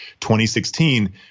2016